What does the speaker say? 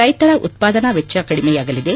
ರೈತರ ಉತ್ಪಾದನಾ ವೆಚ್ಚ ಕಡಿಮೆಯಾಗಲಿದೆ